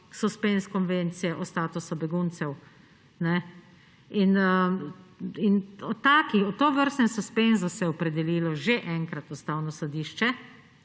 suspenz Konvencije o statusu beguncev. O tovrstnem suspenzu se je že opredelilo že enkrat Ustavno sodišče